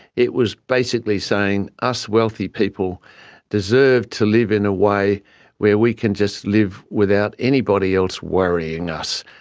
it was basically saying us wealthy people deserve to live in a way where we can just live without anybody else worrying us,